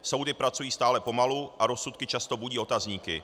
Soudy pracují stále pomalu a rozsudky často budí otazníky.